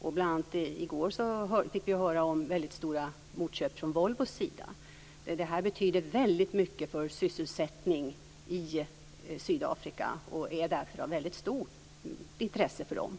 I går fick vi höra bl.a. om väldigt stora motköp från Volvos sida. Detta betyder väldigt mycket för sysselsättningen i Sydafrika, och affären är därför av väldigt stort intresse för landet.